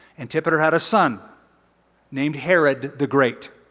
antipater had a son named herod the great.